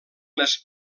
les